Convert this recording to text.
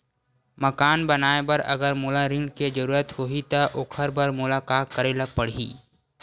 मकान बनाये बर अगर मोला ऋण के जरूरत होही त ओखर बर मोला का करे ल पड़हि?